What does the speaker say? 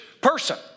person